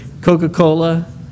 Coca-Cola